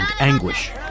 anguish